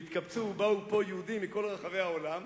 ובאו והתקבצו פה יהודים מכל רחבי העולם,